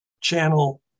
Channel